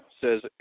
says